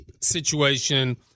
situation